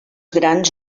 grans